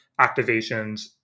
activations